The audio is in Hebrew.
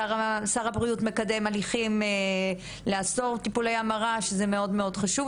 שר הבריאות מקדם הליכים לאסור טיפולי המרה וזה מאוד מאוד חשוב,